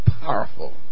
powerful